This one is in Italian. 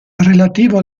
relativo